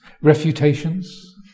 refutations